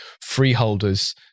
freeholders